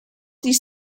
these